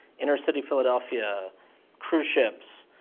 inner-city, philadelphia cruise ships,